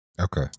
Okay